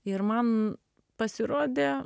ir man pasirodė